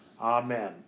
Amen